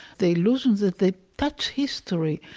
the illusion that they touch history,